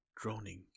droning